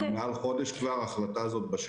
כשעדיין משרד הרווחה לא הפיץ את ההודעה הזאת,